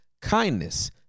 kindness